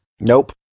Nope